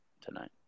tonight